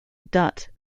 dutt